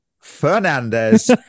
fernandez